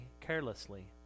carelessly